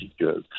jokes